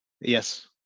yes